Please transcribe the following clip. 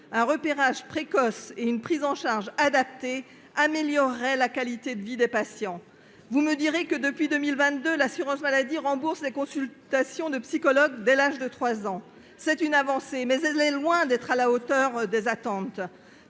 Un repérage précoce et une prise en charge adaptée amélioreraient la qualité de vie des patients. Vous me direz que, depuis 2022, l'assurance maladie rembourse les consultations de psychologue dès l'âge de 3 ans. C'est une avancée, mais elle est loin d'être à la hauteur des attentes.